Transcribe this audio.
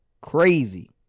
crazy